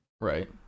Right